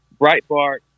Breitbart